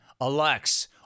Alex